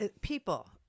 people